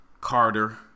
Carter